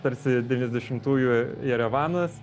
tarsi devyniasdešimtųjų jerevanas